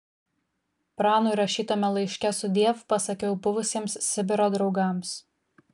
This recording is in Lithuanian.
pranui rašytame laiške sudiev pasakiau buvusiems sibiro draugams